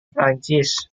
perancis